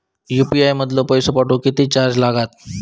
UPI मधलो पैसो पाठवुक किती चार्ज लागात?